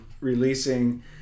releasing